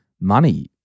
money